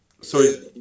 Sorry